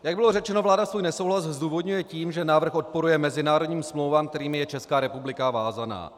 Jak bylo řečeno, vláda svůj nesouhlas zdůvodňuje tím, že návrh odporuje mezinárodním smlouvám, kterými je Česká republika vázána.